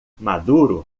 maduro